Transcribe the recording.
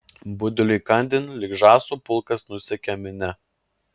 budeliui įkandin lyg žąsų pulkas nusekė minia